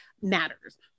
matters